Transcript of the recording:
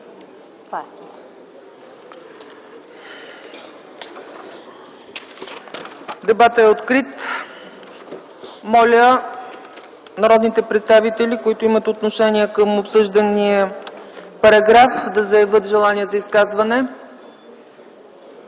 Дебатът е открит. Моля, народните представители, които имат отношение към обсъждания параграф да заявят желание за изказвания.